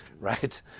Right